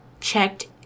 checked